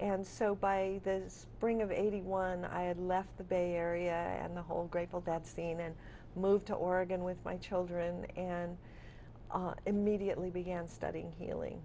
and so by this bring of eighty one i had left the bay area and the whole grateful dead scene and moved to oregon with my children and immediately began studying healing